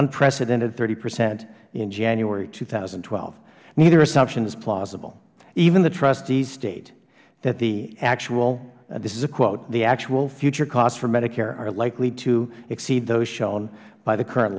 unprecedented hpercent in january of two thousand and twelve neither assumption is plausible even the trustees state that the actual this is a quote the actual future costs for medicare are likely to exceed those shown by the current